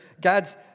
God's